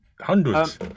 hundreds